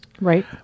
Right